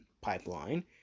pipeline